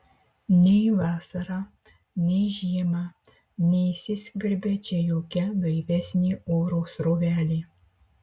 nei vasarą nei žiemą neįsiskverbia čia jokia gaivesnė oro srovelė